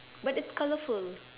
but it's colourful